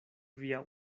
via